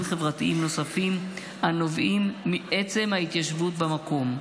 חברתיים נוספים הנובעים מעצם ההתיישבות במקום.